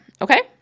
Okay